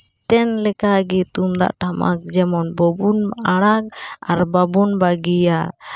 ᱛᱮᱱ ᱞᱮᱠᱟᱜᱮ ᱛᱩᱢᱫᱟᱜ ᱴᱟᱢᱟᱠ ᱡᱮᱢᱚᱱ ᱵᱟᱹᱵᱚᱱ ᱟᱲᱟᱜᱽ ᱟᱨ ᱵᱟᱵᱚᱱ ᱵᱟᱹᱜᱤᱭᱟ